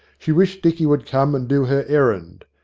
she wished dicky would come and do her errand.